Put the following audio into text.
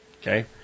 okay